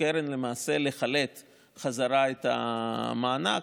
הקרן למעשה לחלט בחזרה את המענק.